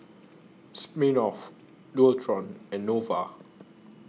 Smirnoff Dualtron and Nova